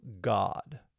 God